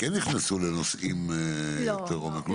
כן נכנסו לנושאים יותר לעומק.